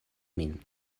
min